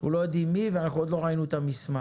אנחנו לא יודעים מי ועוד לא ראינו את המסמך.